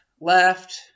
left